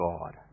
God